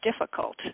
difficult